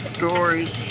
stories